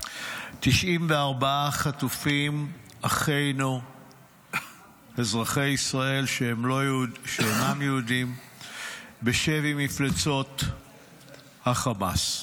94 חטופים אחינו ואזרחי ישראל שאינם יהודים בשבי מפלצות חמאס.